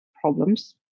problems